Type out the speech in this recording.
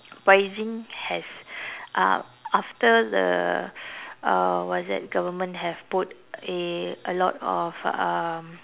pricing has uh after the uh what's that government have put a a lot of um